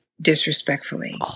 disrespectfully